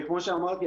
כמו שאמרתי,